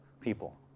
people